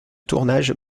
tournage